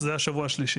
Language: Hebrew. זה השבוע השלישי.